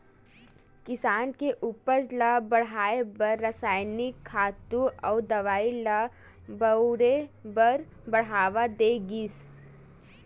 किसानी के उपज ल बड़हाए बर रसायनिक खातू अउ दवई ल बउरे बर बड़हावा दे गिस